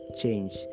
Change